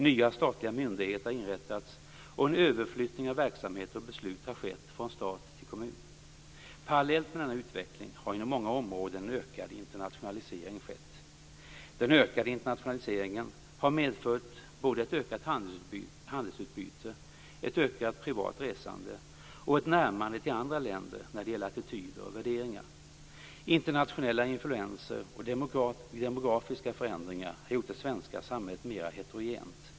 Nya statliga myndigheter har inrättats och en överflyttning av verksamheter och beslut har skett från stat till kommun. Parallellt med denna utveckling har inom många områden en ökad internationalisering skett. Den ökade internationaliseringen har medfört ett ökat handelsutbyte, ett ökat privat resande och ett närmande till andra länder när det gäller attityder och värderingar. Internationella influenser och demografiska förändringar har gjort det svenska samhället mer heterogent.